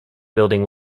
building